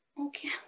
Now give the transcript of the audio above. Okay